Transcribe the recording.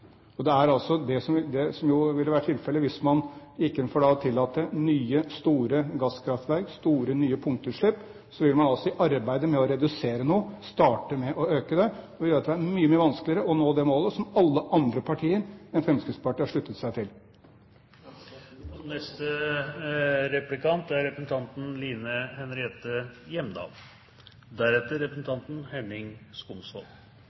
Og det er det som jo ville vært tilfellet hvis man gikk inn for å tillate nye, store gasskraftverk, store, nye punktutslipp. Da ville man altså i arbeidet med å redusere noe, starte med å øke det, som ville gjøre det mye, mye vanskeligere å nå det målet som alle andre partier enn Fremskrittspartiet har sluttet seg til. Han svarte ikke på spørsmålet. Det er